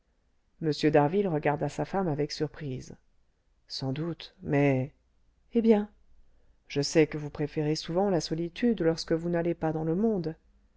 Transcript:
m d'harville regarda sa femme avec surprise sans doute mais eh bien je sais que vous préférez souvent la solitude lorsque vous n'allez pas dans le monde